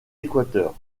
équateur